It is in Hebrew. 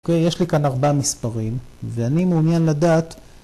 ‫אוקיי, יש לי כאן ארבעה מספרים, ‫ואני מעוניין לדעת...